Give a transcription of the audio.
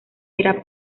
era